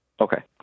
Okay